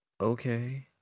Okay